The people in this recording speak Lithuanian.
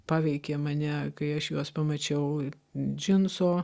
paveikė mane kai aš juos pamačiau džinso